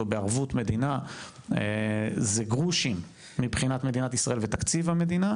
או בערבות מדינה זה גרושים מבחינת מדינת ישראל ותקציב המדינה.